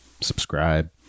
subscribe